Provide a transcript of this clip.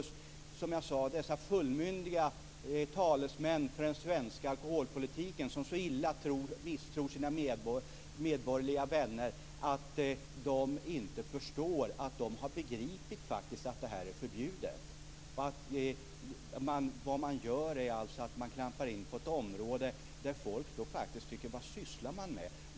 Det kan bara vara dessa fullmyndiga talesmän för den svenska alkoholpolitiken som så misstror sina medmänniskor att de inte förstår att folk faktiskt har begripit att det här är förbjudet. Vad man gör är alltså att man klampar in på ett område som får folk att undra vad man sysslar med.